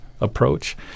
approach